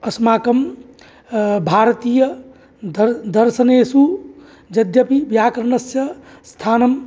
अस्माकं भारतीय दर् दर्शनेषु यद्यपि व्याकरणास्य स्थानं